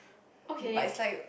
but it's like a